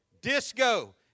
Disco